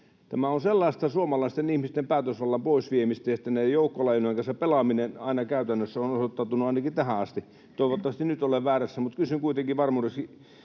Tämä on sellaista suomalaisten ihmisten päätösvallan pois viemistä, jollaiseksi näiden joukkolainojen kanssa pelaaminen aina käytännössä on osoittautunut, ainakin tähän asti. Toivottavasti nyt olen väärässä. Mutta kysyn kuitenkin varmuudeksi